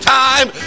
time